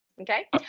Okay